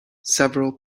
several